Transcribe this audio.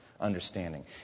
understanding